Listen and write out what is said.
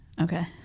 Okay